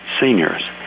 seniors